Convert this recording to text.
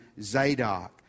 Zadok